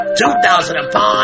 2005